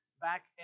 back